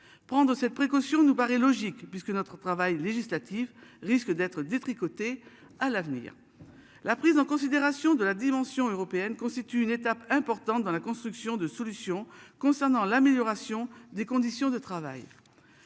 Prendre cette précaution nous paraît logique puisque notre travail législatif risque d'être détricoté à l'avenir. La prise en considération de la dimension européenne constitue une étape importante dans la construction de solutions concernant l'amélioration des conditions de travail.